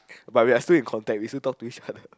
but we are still in contact we still talk to each other